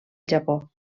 japó